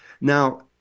Now